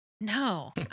No